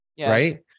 right